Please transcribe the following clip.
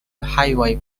highway